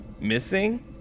missing